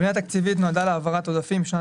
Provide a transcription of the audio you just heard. הפנייה התקציבית נועדה להעברת עודפים משנת